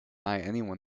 anyone